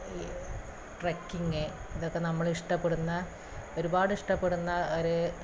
trekking ഇതൊക്കെ നമ്മളിഷ്ടപ്പെടുന്ന ഒരുപാടിഷ്ടപ്പെടുന്ന ഒരു